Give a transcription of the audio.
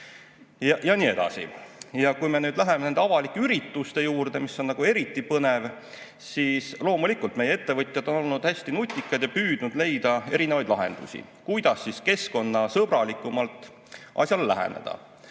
Ja nii edasi. Kui me läheme nende avalike ürituste juurde, mis on eriti põnev, siis loomulikult meie ettevõtjad on olnud hästi nutikad ja püüdnud leida erinevaid lahendusi, kuidas keskkonnasõbralikumalt asjale läheneda. Üks